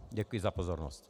Děkuji za pozornost.